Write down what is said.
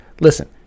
Listen